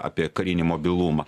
apie karinį mobilumą